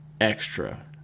extra